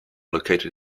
located